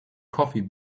coffee